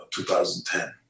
2010